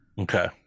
Okay